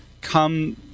come